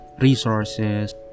resources